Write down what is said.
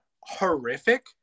horrific